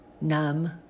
Numb